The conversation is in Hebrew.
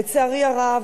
לצערי הרב,